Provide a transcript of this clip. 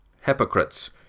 Hypocrites